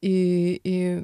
į į